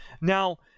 Now